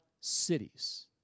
cities